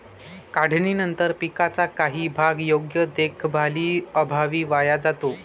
काढणीनंतर पिकाचा काही भाग योग्य देखभालीअभावी वाया जातो